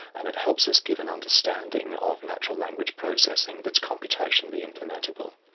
and it helps us give an understanding of natural language processing that's computationally implementable.